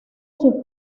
sus